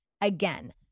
again